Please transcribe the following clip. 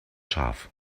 scharf